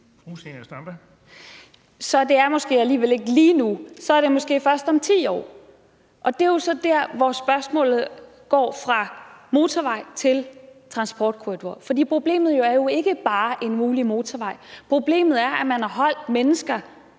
Så det er måske alligevel ikke lige nu. Så er det måske først om 10 år. Det er jo så der, hvor spørgsmålet går fra motorvej til transportkorridor, fordi problemet jo ikke bare er en mulig motorvej. Problemet er, at man har holdt mennesker